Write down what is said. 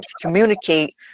communicate